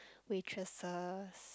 waitresses